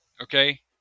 Okay